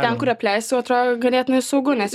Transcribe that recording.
ten kur apleista jau atrodo ganėtinai saugu nes